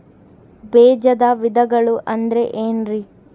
ಬೇಜದ ವಿಧಗಳು ಅಂದ್ರೆ ಏನ್ರಿ?